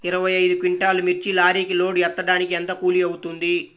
ఇరవై ఐదు క్వింటాల్లు మిర్చి లారీకి లోడ్ ఎత్తడానికి ఎంత కూలి అవుతుంది?